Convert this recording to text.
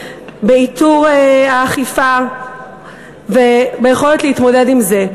באיתור האכיפה וביכולת להתמודד עם זה.